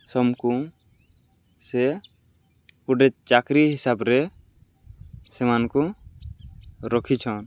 ସମ୍କୁ ସେ ଗୁଟେ ଚାକ୍ରି ହିସାବ୍ରେ ସେମାନ୍ଙ୍କୁ ରଖିଛନ୍